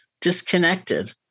disconnected